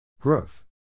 Growth